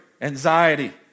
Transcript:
anxiety